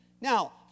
Now